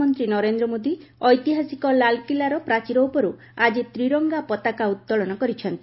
ପ୍ରଧାନମନ୍ତ୍ରୀ ନରେନ୍ଦ୍ର ମୋଦୀ ଐତିହାସିକ ଲାଲ୍କିଲ୍ଲାର ପ୍ରାଚୀର ଉପରୁ ଆକି ତ୍ରିରଙ୍ଗା ପତାକା ଉତ୍ତୋଳନ କରିଛନ୍ତି